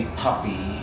puppy